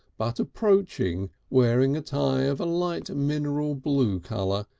but approaching, wearing a tie of a light mineral blue colour,